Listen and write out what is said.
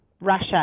Russia